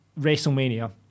WrestleMania